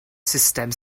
sustem